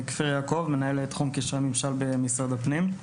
אני מנהל תחום קשרי ממשל במשרד הפנים.